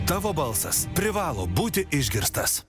tavo balsas privalo būti išgirstas